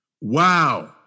Wow